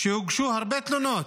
שהוגשו הרבה תלונות.